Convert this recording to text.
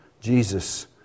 Jesus